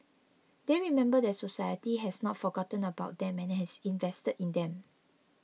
they remember that society has not forgotten about them and has invested in them